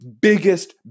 biggest